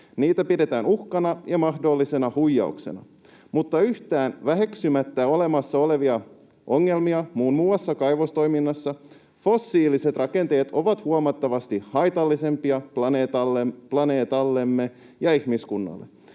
Niitä pidetään uhkana ja mahdollisena huijauksena. Mutta — yhtään väheksymättä olemassa olevia ongelmia muun muassa kaivostoiminnassa — fossiiliset rakenteet ovat huomattavasti haitallisempia planeetallemme ja ihmiskunnalle,